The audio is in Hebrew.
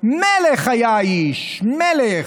מלך היה האיש, מלך.